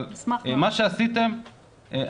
אבל מה שעשיתם,